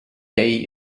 day